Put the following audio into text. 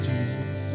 Jesus